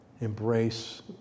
embrace